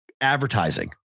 advertising